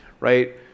Right